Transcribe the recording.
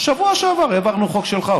בשבוע שעבר העברנו חוק שלך,